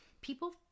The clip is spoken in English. people